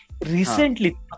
Recently